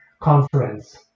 conference